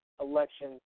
election